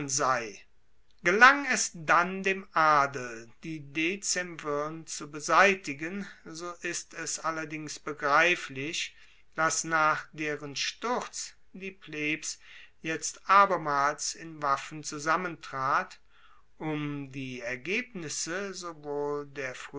sei gelang es dann dem adel die dezemvirn zu beseitigen so ist es allerdings begreiflich dass nach deren sturz die plebs jetzt abermals in waffen zusammentrat um die ergebnisse sowohl der